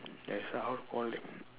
that's why how call them